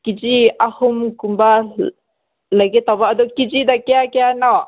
ꯀꯤ ꯖꯤ ꯑꯍꯨꯝꯒꯨꯝꯕ ꯂꯩꯒꯦ ꯇꯧꯕ ꯑꯗꯨ ꯀꯦꯖꯤꯗ ꯀꯌꯥ ꯀꯌꯥꯅꯣ